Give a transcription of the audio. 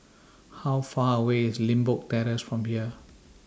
How Far away IS Limbok Terrace from here